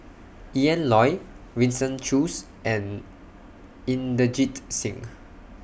Ian Loy Winston Choos and Inderjit Singh